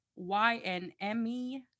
YNME